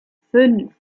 fünf